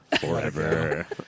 forever